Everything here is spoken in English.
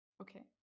Okay